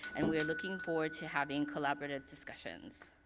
and we are looking forward to having collaborative discussions.